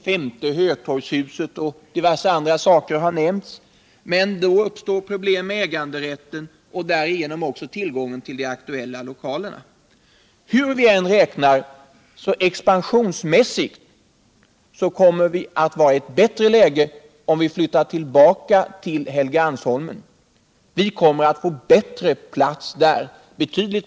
Femte Hötorgshuset och diverse andra förslag har nämnts. Men då uppstår problem med äganderätten och därmed Riksdagens loka frågor på längre Sikt frågor på längre Sikt också tillgången till de aktuella lokalerna. Hur vi än räknar så kommer vi expansionsmässigt att vara i ett bättre läge om vi flyttar tillbaka till Helgeandsholmen. Herr talman!